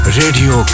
radio